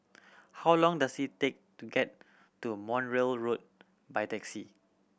how long does it take to get to Montreal Road by taxi